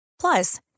Plus